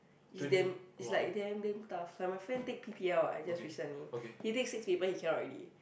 it's damn it's like damn damn tough ya my friend take p_t_L what like just recently he take six paper he cannot already